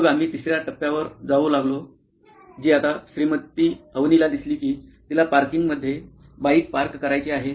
मग आम्ही तिसर्या टप्प्यावर जाऊ लागलो जी आता श्रीमती अवनीला दिसली की तिला पार्किंगमध्ये बाइक पार्क करायची आहे